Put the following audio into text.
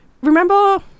remember